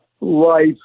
life